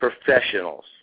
professionals